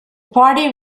party